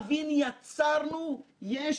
שהיא גוף מאוד "מרובע",